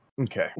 Okay